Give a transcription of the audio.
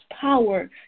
power